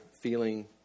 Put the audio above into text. feeling